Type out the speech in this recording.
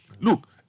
Look